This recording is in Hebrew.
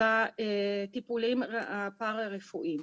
נושא הטיפולים הפרא-רפואיים.